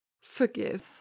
forgive